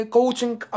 coaching